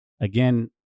Again